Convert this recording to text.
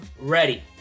ready